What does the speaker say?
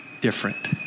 different